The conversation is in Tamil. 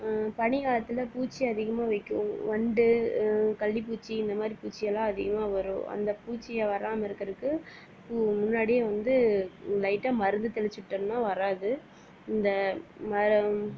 பனிக்காலத்தில் பூச்சி அதிகமாக வைக்கும் வண்டு கள்ளிப்பூச்சி இந்த மாதிரி பூச்சி எல்லாம் அதிகமாக வரும் அந்த பூச்சி வராமல் இருக்கிறக்கு முன்னாடியே வந்து லைட்டாக மருந்து தெளிச்சு விட்டோம்னால் வராது இந்த மரம்